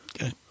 Okay